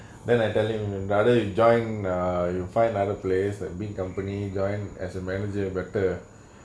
then I tell him rather you join err you find another place big company join as a manager but ah